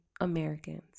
Americans